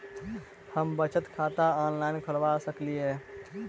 हम बचत खाता ऑनलाइन खोलबा सकलिये?